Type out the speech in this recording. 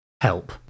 Help